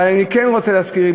אבל אני כן רוצה להזכיר,